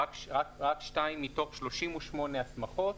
רק שתיים מתוך 38 הסמכות